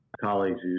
colleagues